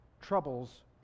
troubles